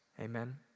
amen